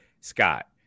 Scott